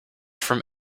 from